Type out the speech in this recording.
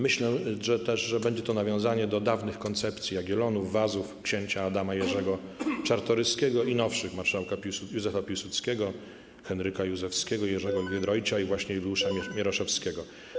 Myślę też, że będzie to nawiązanie do dawnych koncepcji Jagiellonów, Wazów, księcia Adama Jerzego Czartoryskiego i nowszych: marszałka Józefa Piłsudskiego, Henryka Józewskiego, Jerzego Giedroycia i właśnie Juliusza Mieroszewskiego.